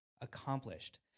Accomplished